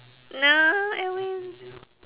no edwin